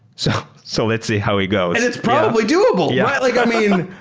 so so let's see how it goes and it's probably doable. yeah like i mean,